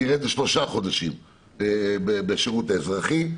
התקופה תרד לשלושה חודשים בשירות האזרחי.